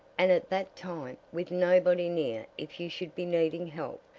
and at that time, with nobody near if you should be needing help.